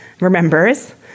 remembers